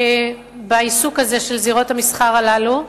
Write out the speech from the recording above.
בעיסוק הזה של זירות המסחר הללו,